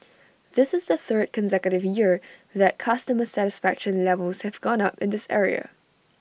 this is the third consecutive year that customer satisfaction levels have gone up in this area